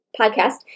podcast